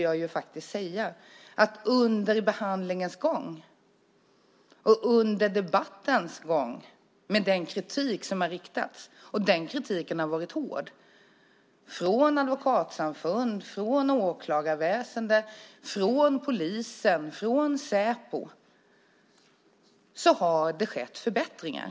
Jag måste faktiskt säga att under behandlingens gång och under debattens gång, då kritik har riktats mot förslaget, och den kritiken har varit hård, från Advokatsamfundet, från åklagarväsendet, från polisen och från Säpo, har det skett förbättringar.